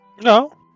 No